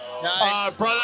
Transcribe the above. Brother